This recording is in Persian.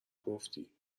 گفتی